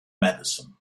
madison